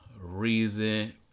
reason